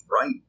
Right